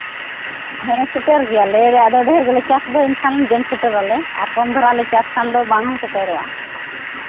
ᱦᱮᱸ ᱥᱮᱴᱮᱨ ᱜᱮᱭᱟᱞᱮ ᱟᱫᱚ ᱰᱷᱮᱨ ᱜᱮᱞᱮ ᱪᱟᱥ ᱫᱚ ᱮᱱᱠᱷᱟᱱ ᱡᱚᱢ ᱥᱮᱴᱮᱨ ᱟᱞᱮ ᱟᱨ ᱠᱚᱢ ᱫᱷᱟᱨᱟ ᱞᱮ ᱪᱟᱥ ᱠᱷᱟᱱ ᱫᱚ ᱵᱟᱝ ᱦᱚᱸ ᱥᱮᱴᱮᱨᱚᱜᱼᱟ